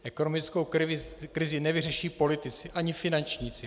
Ekonomickou krizi nevyřeší politici ani finančníci.